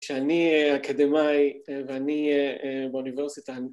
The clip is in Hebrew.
שאני אקדמאי ואני באוניברסיטה